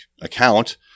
account